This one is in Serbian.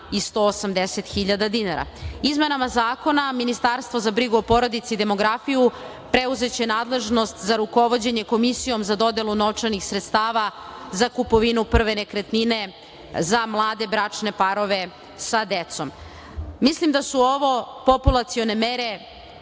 3.180.000 dinara. Izmenama zakona, Ministarstvo za brigu o porodici i demografiju preuzeće nadležnost za rukovođenje Komisijom za dodelu novčanih sredstava za kupovinu prve nekretnine za mlade bračne parove sa decom. Mislim da su ovo populacione mere